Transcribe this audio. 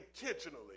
intentionally